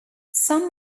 some